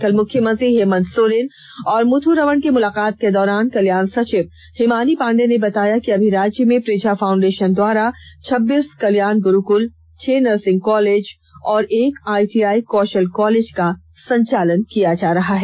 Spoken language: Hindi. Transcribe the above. कल मुख्यमंत्री हेमंत सोरेन और मुथ्यरमण की मुलाकात के दौरान कल्याण सचिव हिमानी पांडेय ने बताया कि अमी राज्य में प्रेझा फाउंडेषन द्वारा छब्बीस कल्याण गुरूक्ल छह नर्सिंग कॉलेज और एक आइटीआई कौषल कॉलेज का संचालन किया जा रहा है